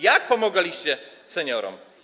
Jak pomagaliście seniorom?